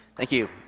thank you,